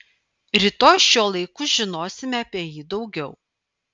rytoj šiuo laiku žinosime apie jį daugiau